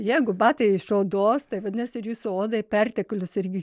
jeigu batai iš odos tai vadinasi ir jūsų odai perteklius irgi